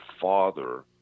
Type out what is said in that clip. father